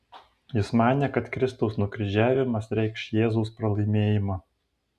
jis manė kad kristaus nukryžiavimas reikš jėzaus pralaimėjimą